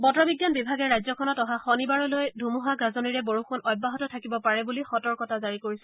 বতৰ বিজ্ঞান বিভাগে ৰাজ্যখনত অহা শনিবাৰলৈ ধুমুহা গাজনিৰে বৰষুণ অব্যাহত থাকিব পাৰে বুলি সতৰ্কতা জাৰি কৰিছে